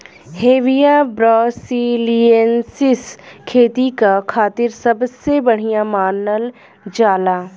Hevea brasiliensis खेती क खातिर सबसे बढ़िया मानल जाला